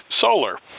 solar